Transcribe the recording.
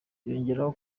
yongeyeho